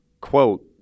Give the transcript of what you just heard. quote